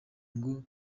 ngo